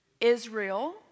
Israel